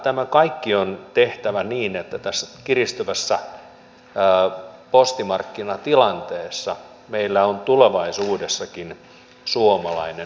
tämä kaikki on tehtävä niin että tässä kiristyvässä postimarkkinatilanteessa meillä on tulevaisuudessakin suomalainen posti